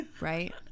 Right